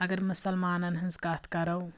اگر مسلمانَن ہٕنٛز کَتھ کَرو